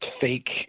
fake